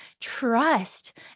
Trust